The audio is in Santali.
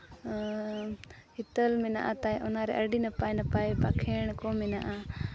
ᱦᱤᱛᱟᱹᱞ ᱢᱮᱱᱟᱜ ᱛᱟᱭ ᱚᱱᱟᱨᱮ ᱟᱹᱰᱤ ᱱᱟᱯᱟᱭ ᱱᱟᱯᱟᱭ ᱵᱟᱠᱷᱮᱲ ᱠᱚ ᱢᱮᱱᱟᱜᱼᱟ